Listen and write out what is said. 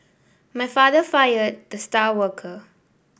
my father fired the star worker